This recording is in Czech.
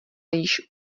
již